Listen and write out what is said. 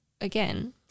again